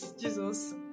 Jesus